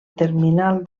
terminal